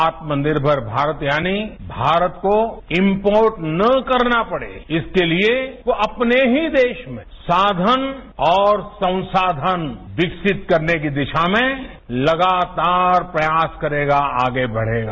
आत्मनिर्गर भारत यानी भारत को इम्पोर्ट न करना पड़े इसके लिए वो अपने ही देश में साक्षन और संसाधन विकसित करने कीदिशा में लगातार प्रयास करेगा आगे बढ़ेगा